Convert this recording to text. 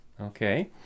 okay